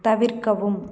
தவிர்க்கவும்